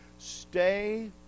stay